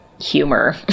humor